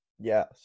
Yes